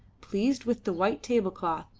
pleased with the white table-cloth,